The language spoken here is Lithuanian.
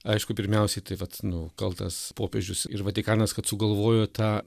aišku pirmiausiai tai vat nu kaltas popiežius ir vatikanas kad sugalvojo tą